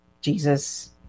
Jesus